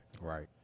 Right